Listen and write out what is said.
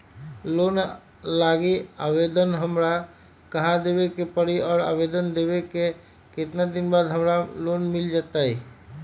Loan लागी आवेदन हमरा कहां देवे के पड़ी और आवेदन देवे के केतना दिन बाद हमरा लोन मिल जतई?